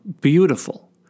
beautiful